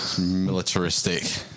Militaristic